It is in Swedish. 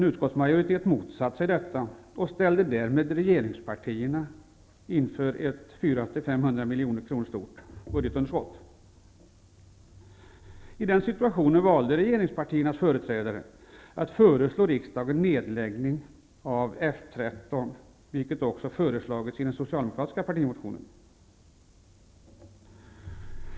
Utskottsmajoriteten motsatte sig detta, och ställde därmed regeringspartierna inför ett 400--500 milj.kr. stort budgetunderskott. I den situationen valde regeringspartiernas företrädare att föreslå riksdagen nedläggning av F 13, vilket också föreslagits i den socialdemokratiska partimotionen.